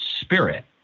spirit